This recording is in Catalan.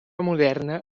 moderna